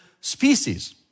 species